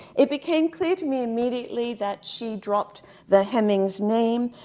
it became clear to me immediately that she dropped the hemings name,